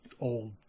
old